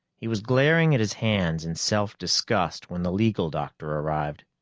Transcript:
he was glaring at his hands in self-disgust when the legal doctor arrived.